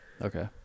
Okay